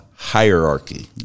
Hierarchy